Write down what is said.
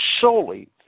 solely